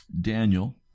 Daniel